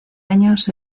años